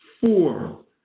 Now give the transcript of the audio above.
four